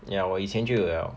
ya 我以前就有 liao